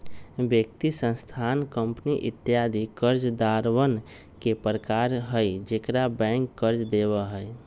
व्यक्ति, संस्थान, कंपनी इत्यादि कर्जदारवन के प्रकार हई जेकरा बैंक कर्ज देवा हई